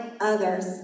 others